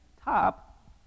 top